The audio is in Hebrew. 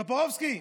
טופורובסקי,